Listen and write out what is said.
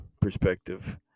perspective